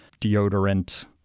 deodorant